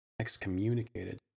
excommunicated